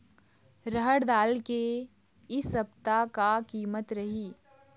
रहड़ दाल के इ सप्ता का कीमत रही?